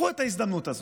קחו את ההזדמנות הזאת,